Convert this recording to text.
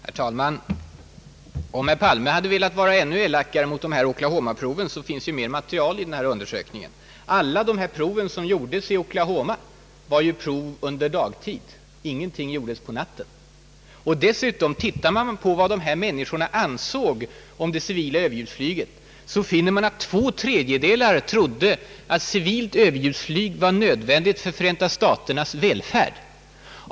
Herr talman! Om herr Palme hade velat vara ännu mera elak mot Oklahoma-proven finns det mera material från den undersökningen. Alla de prov som gjordes i Oklahoma var prov under dagtid — ingenting gjordes på natten. Om man dessutom tittar på vad dessa människor ansåg om det civila överljudsflyget finner man att två tredjedelar trodde att civilt överljudsflyg var nödvändigt för Förenta staternas välfärd.